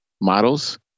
models